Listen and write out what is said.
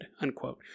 unquote